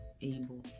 able